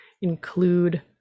include